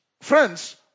friends